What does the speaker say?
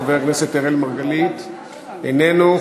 חבר הכנסת אראל מרגלית, איננו.